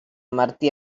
martí